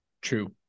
true